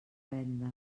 venda